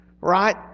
right